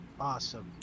Awesome